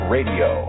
Radio